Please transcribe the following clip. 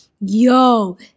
Yo